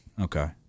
Okay